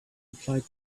applied